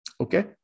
Okay